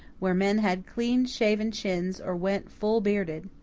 where men had clean-shaven chins or went full-bearded.